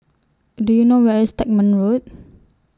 Do YOU know Where IS Stagmont Road